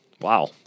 wow